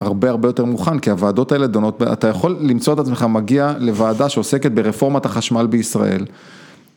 הרבה הרבה יותר מוכן, כי הוועדות האלה, דנות, אתה יכול למצוא את עצמך מגיע לוועדה שעוסקת ברפורמת החשמל בישראל.